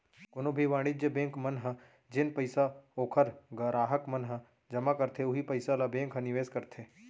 कोनो भी वाणिज्य बेंक मन ह जेन पइसा ओखर गराहक मन ह जमा करथे उहीं पइसा ल बेंक ह निवेस करथे